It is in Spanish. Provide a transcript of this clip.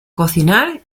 cocinar